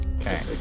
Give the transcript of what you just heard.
Okay